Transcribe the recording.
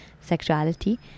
sexuality